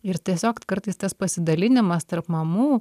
ir tiesiog kartais tas pasidalinimas tarp mamų